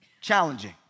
challenging